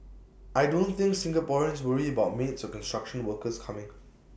I don't think Singaporeans worry about maids or construction workers coming